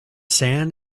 sand